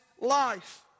life